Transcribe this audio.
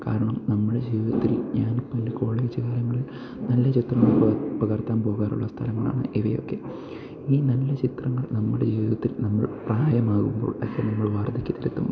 കാരണം നമ്മുടെ ജീവിതത്തിൽ ഞാനിപ്പെൻ്റെ കോളേജ് കാലങ്ങളിൽ നല്ല ചിത്രങ്ങൾ പകർത്താൻ പോകാറുള്ള സ്ഥലങ്ങളാണ് ഇവയൊക്കെ ഈ നല്ല ചിത്രങ്ങൾ നമ്മുടെ ജീവിതത്തിൽ നമ്മൾ പ്രായമാകുമ്പോൾ ഒക്കെ നമ്മൾ വാർദ്ധക്ക്യത്തിലെത്തുമ്പോൾ